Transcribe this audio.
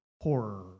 horror